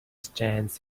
stands